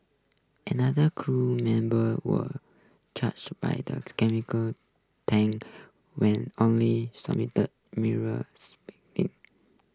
another crew member was charge by those chemical tanker when only sustained minor